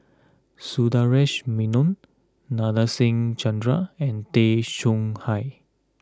Sundaresh Menon Nadasen Chandra and Tay Chong Hai